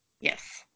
Yes